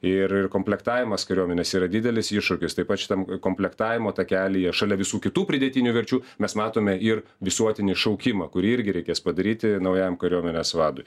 ir ir komplektavimas kariuomenės yra didelis iššūkis taip pat šitam komplektavimo takelyje šalia visų kitų pridėtinių verčių mes matome ir visuotinį šaukimą kurį irgi reikės padaryti naujajam kariuomenės vadui